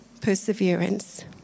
perseverance